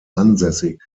ansässig